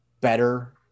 better